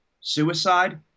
suicide